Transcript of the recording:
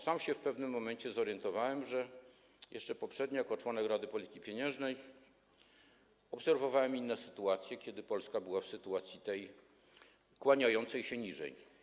Sam się w pewnym momencie zorientowałem, że jeszcze poprzednio jako członek Rady Polityki Pieniężnej obserwowałem inne sytuacje, kiedy Polska była w sytuacji tego, kto kłania się niżej.